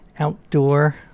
outdoor